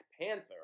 Panther